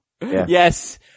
Yes